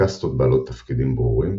לקסטות בעלות תפקידים ברורים,